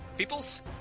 Peoples